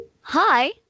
Hi